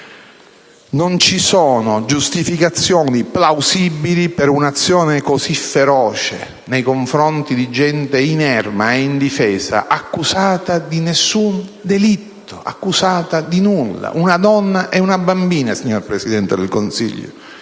Non ci sono giustificazioni plausibili per un'azione così feroce nei confronti di gente inerme e indifesa, accusata di nessun delitto, di nulla: una donna e una bambina, signor Presidente del Consiglio.